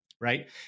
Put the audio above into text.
Right